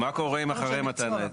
מה קורה אחרי מתן ההיתר?